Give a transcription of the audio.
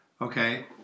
Okay